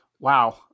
Wow